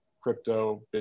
crypto